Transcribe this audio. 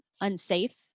unsafe